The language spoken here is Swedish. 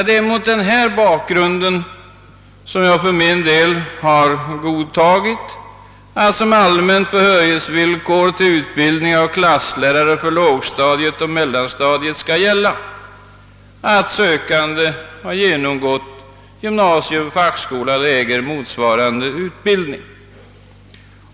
Det är mot denna bakgrund som jag för min del godtagit förslaget att som allmänt behörighetsvillkor till utbildning av klasslärare för lågstadiet och mellanstadiet skall gälla att sökande skall ha genomgått gymnasium eller fackskola eller äga motsvarande utbildning.